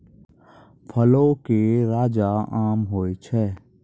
फलो के राजा आम होय छै